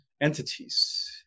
entities